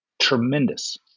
tremendous